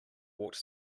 walked